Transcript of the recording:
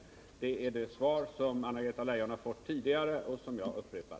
Det är det svar som Anna-Greta Leijon har fått tidigare och som jag nu upprepar.